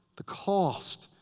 the cost.